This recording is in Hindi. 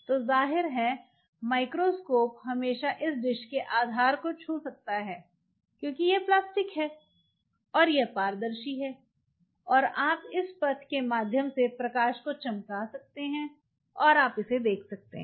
तो जाहिर है माइक्रोस्कोप हमेशा इस डिश के आधार को छू सकता है क्योंकि यह प्लास्टिक है और यह पारदर्शी है और आप इस पथ के माध्यम से प्रकाश को चमक सकते हैं और आप इसको देख सकते हैं